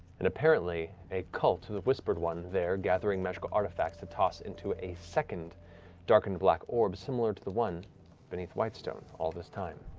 and apparently a cult of the whispered one there gathering magical artifacts to toss into a second darkened black orb, similar to the one beneath whitestone, all this time.